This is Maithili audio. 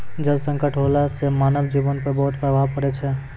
जल संकट होला सें मानव जीवन पर बहुत प्रभाव पड़ै छै